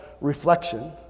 reflection